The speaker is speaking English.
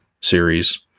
series